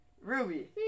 Ruby